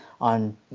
on